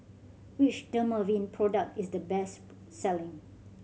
which Dermaveen product is the best selling